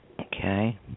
Okay